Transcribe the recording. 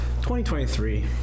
2023